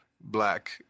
black